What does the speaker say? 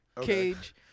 Cage